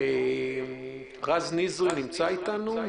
רז נזרי נמצא אתנו?